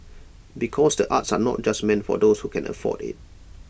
because the arts are not just meant for those who can afford IT